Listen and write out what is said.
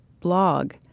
blog